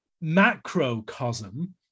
macrocosm